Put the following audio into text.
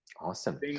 Awesome